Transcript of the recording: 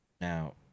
now